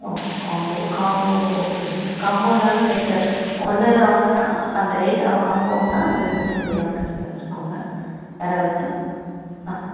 ஆ combo combo ஓகேங்க காம்போன்னாலும் rate ஒன்றுதான் வாங்கினா அந்த ரேட் காம்போ வாங்கினா அது டபுளாக்கிறதா இருக்குங்க பரவாயிலைங்களா